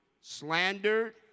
Slandered